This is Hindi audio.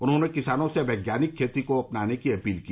उन्होंने किसानों से वैज्ञानिक खेती को अपनाने की अपील की